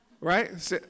Right